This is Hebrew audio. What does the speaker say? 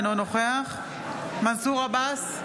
אינו נוכח מנסור עבאס,